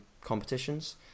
competitions